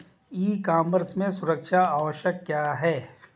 ई commerce में सुरक्षा आवश्यक क्यों है?